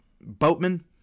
Boatman